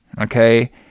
Okay